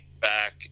back